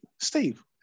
Steve